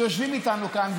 שיושבים איתנו כאן,